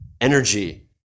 energy